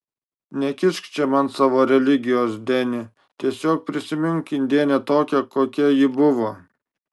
nekišk čia man savo religijos deni tiesiog prisimink indėnę tokią kokia ji buvo